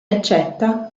accetta